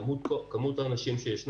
כמות האנשים שיש,